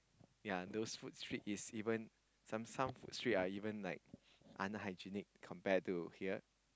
ya those food street some food street are unhygienic compared to here